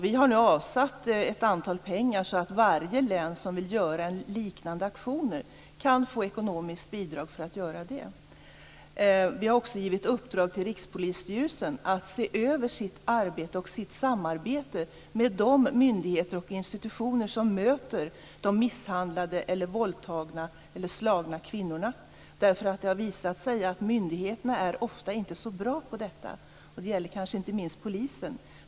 Vi har nu avsatt medel så att varje län som vill göra liknande aktioner kan få ekonomiskt bidrag till detta. Vi har också givit Rikspolisstyrelsen i uppdrag att se över sitt samarbete med de myndigheter och institutioner som möter de misshandlade, våldtagna eller slagna kvinnorna. Det har visat sig att myndigheterna ofta inte är så bra på detta. Det gäller kanske inte minst polisen.